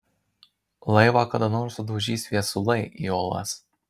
laivą kada nors sudaužys viesulai į uolas